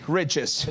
riches